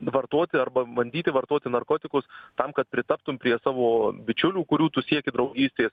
vartoti arba bandyti vartoti narkotikus tam kad pritaptum prie savo bičiulių kurių tu sieki draugystės